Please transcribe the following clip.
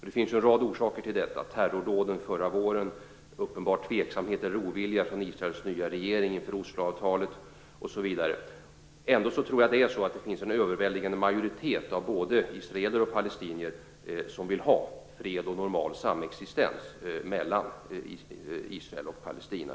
Det finns en rad orsaker till detta: terrordåden förra våren, uppenbar tveksamhet eller ovilja från Israels nya regering inför Osloavtalet osv. Ändå tror jag att det finns en överväldigande majoritet av både israeler och palestinier som vill ha fred och normal samexistens mellan Israel och Palestina.